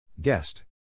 Guest